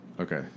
Okay